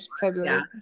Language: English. February